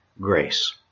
grace